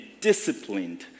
disciplined